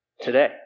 today